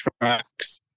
tracks